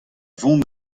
vont